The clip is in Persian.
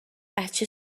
بچه